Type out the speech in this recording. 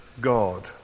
God